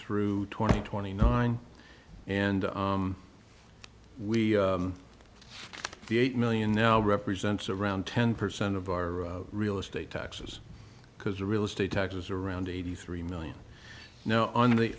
through twenty twenty nine and we the eight million now represents around ten percent of our real estate taxes because the real estate tax is around eighty three million now on the